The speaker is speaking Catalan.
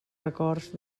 records